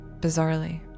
bizarrely